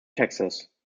texas